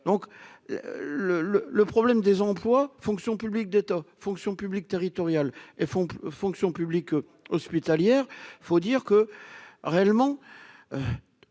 le le problème des emplois, fonction publique d'état fonction publique territoriale et font fonction publique hospitalière, faut dire que réellement